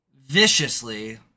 viciously